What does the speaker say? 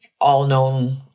all-known